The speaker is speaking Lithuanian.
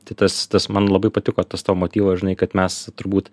tai tas tas man labai patiko tas tavo motyvo žinai kad mes turbūt